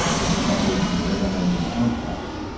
he was shackled in like leg-irons and handcuffs.